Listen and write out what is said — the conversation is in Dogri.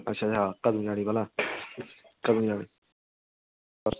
अच्छा अच्छा कदूं रिजल्ट निकलना कदूं